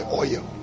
oil